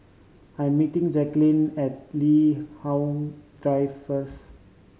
I'm meeting Jaqueline at Li Hong Drive first